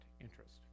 interest